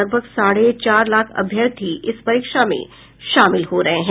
लगभग साढ़े चार लाख अभ्यर्थी इस परीक्षा में शामिल हो रहे हैं